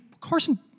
Carson